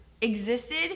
existed